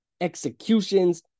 executions